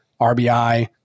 RBI